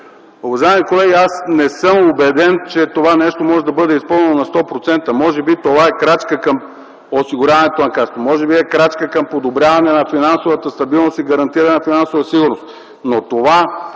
Уважаеми колеги, аз не съм убеден, че това може да бъде изпълнено на 100%. Може би това е крачка към осигуряването на Касата, може би е крачка към подобряване на финансовата стабилност и гарантиране на финансова сигурност,